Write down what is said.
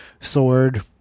sword